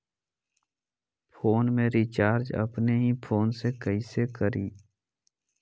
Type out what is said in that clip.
Phone में recharge अपने ही फ़ोन से कईसे करी?